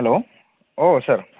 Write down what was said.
हेल' औ सार